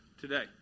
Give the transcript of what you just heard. today